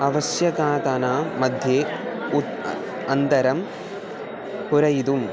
आवश्यकतामध्ये उत् अन्तरं पुरयितुम्